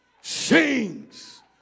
sings